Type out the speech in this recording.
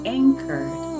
anchored